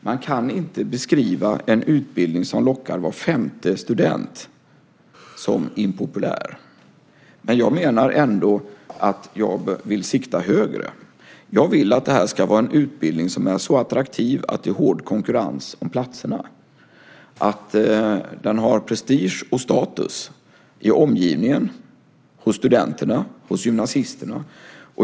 Man kan inte beskriva en utbildning som lockar var femte student som impopulär. Jag vill ändå sikta högre. Jag vill att det här ska vara en utbildning som är så attraktiv att det är hård konkurrens om platserna och att den har prestige och status i omgivningen, hos studenterna och hos gymnasisterna.